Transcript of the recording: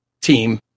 team